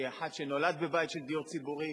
כאחד שנולד בבית של דיור ציבורי: